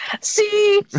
See